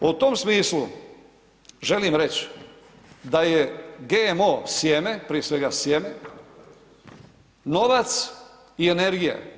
U tom smislu želim reći da je GMO sjeme, prije svega sjeme novac i energija.